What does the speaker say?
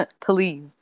Please